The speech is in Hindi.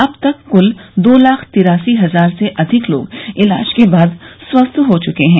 अब तक क्ल दो लाख तिरासी हजार से अधिक लोग इलाज के बाद स्वथ्य हो चुके हैं